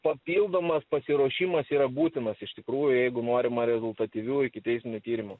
papildomas pasiruošimas yra būtinas iš tikrųjų jeigu norima rezultatyvių ikiteisminių tyrimų